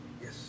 Yes